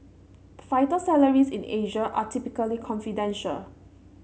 fighter salaries in Asia are typically confidential